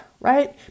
right